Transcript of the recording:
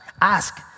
Ask